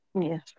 Yes